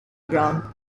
ground